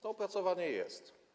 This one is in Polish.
To opracowanie jest.